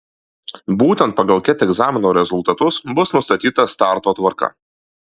būtent pagal ket egzamino rezultatus bus nustatyta starto tvarka